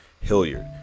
Hilliard